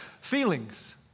Feelings